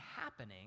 happening